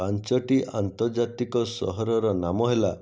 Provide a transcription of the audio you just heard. ପାଞ୍ଚଟି ଆନ୍ତର୍ଜାତିକ ସହରର ନାମ ହେଲା